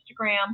Instagram